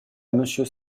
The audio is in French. monsieur